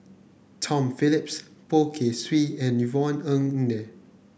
Tom Phillips Poh Kay Swee and Yvonne Ng Uhde